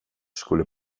skulle